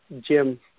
Jim